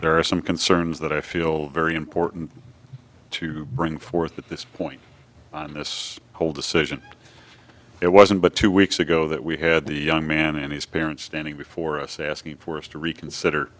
there are some concerns that i feel very important to bring forth at this point on this whole decision it wasn't but two weeks ago that we had the young man and his parents standing before us asking for us to reconsider